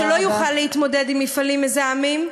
כדי שלא יוכל להתמודד עם מפעלים מזהמים,